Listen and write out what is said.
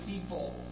people